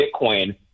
Bitcoin